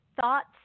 thoughts